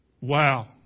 Wow